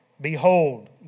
Behold